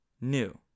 new